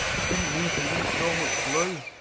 i didn't mean to use so much glue.